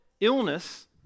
illness